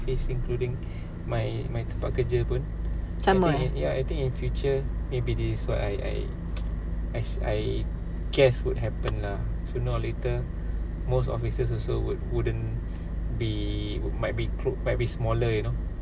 including my my tempat kerja pun I think in ya I think in future maybe this is what I I I I guess would happen lah sooner or later most offices also would wouldn't be might be clo~ might be smaller you know